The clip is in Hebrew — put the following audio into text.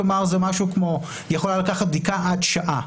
כלומר בדיקה יכולה לקחת עד שעה,